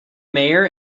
mayor